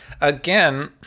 again